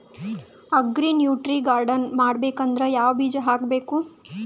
Agri nutri garden ಮಾಡಬೇಕಂದ್ರ ಯಾವ ಬೀಜ ಹಾಕಬೇಕು?